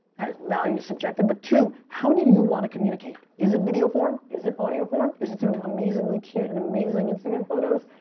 value's subjective, but two, how do you want to communicate? is it video form? is it audio form? is it through amazingly cute and amazing instagram photos?